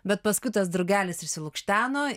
bet paskui tas drugelis išsilukšteno